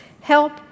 help